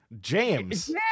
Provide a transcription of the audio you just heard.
James